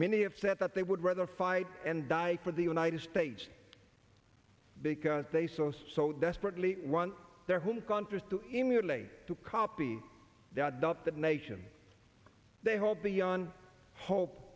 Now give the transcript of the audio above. said that they would rather fight and die for the united states because they so so desperately want their home countries to immolate to copy that dot the nation they hope beyond hope